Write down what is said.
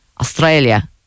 Australia